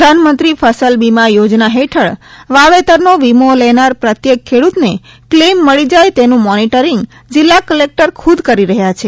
પ્રધાનમંત્રી ફસલ બિમા ચોજના હેઠળ વાવેતરનો વિમો લેનાર પ્રત્યેક ખેડૂતને કલેઇમ મળી જાય તેનું મોનીટરીંગ જીલ્લા કલેકટર ખુદ કરી રહ્યા છે